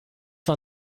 war